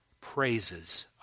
praises